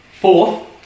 fourth